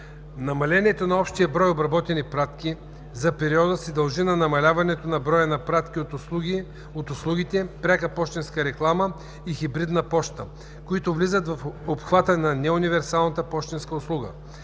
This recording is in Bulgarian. Намалението на общия брой обработени пратки за периода се дължи на намаляването на броя пратки от услугите „пряка пощенска реклама“ и „хибридна поща“, които влизат в обхвата на неуниверсални пощенски услуги.